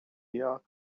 near